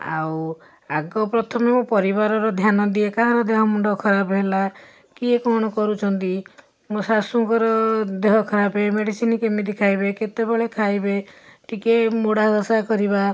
ଆଉ ଆଗ ପ୍ରଥମ ମୋ ପରିବାରର ଧ୍ୟାନ ଦିଏ କାହାର ଦେହମୁଣ୍ଡ ଖରାପ ହେଲା କିଏ କ'ଣ କରୁଛନ୍ତି ମୋ ଶାଶୁଙ୍କର ଦେହ ଖରାପ ମେଡ଼ିସିନ୍ କେମିତି ଖାଇବେ କେତେବେଳେ ଖାଇବେ ଟିକିଏ ମୋଡ଼ା ଘଷା କରିବା